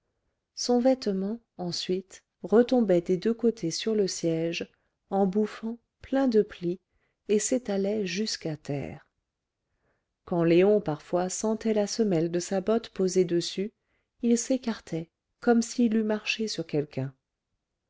son vêtement ensuite retombait des deux côtés sur le siège en bouffant plein de plis et s'étalait jusqu'à terre quand léon parfois sentait la semelle de sa botte poser dessus il s'écartait comme s'il eût marché sur quelqu'un